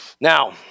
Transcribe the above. Now